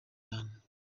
cyane